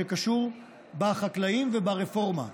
שקשור בחקלאים וברפורמה.